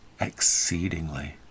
exceedingly